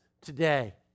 today